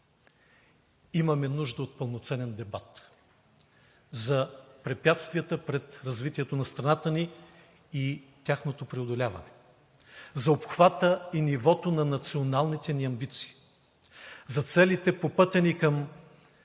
Имаме нужда от пълноценен дебат за препятствията пред развитието на страната ни и тяхното преодоляване, за обхвата и нивото на националните ни амбиции, за целите по пътя ни към